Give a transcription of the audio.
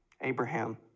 Abraham